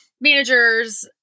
managers